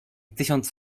tysiąc